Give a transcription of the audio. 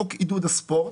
חוק עידוד הספורט.